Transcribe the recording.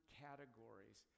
categories